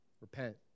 repent